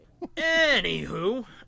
Anywho